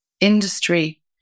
industry